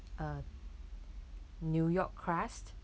uh new york crust